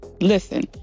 Listen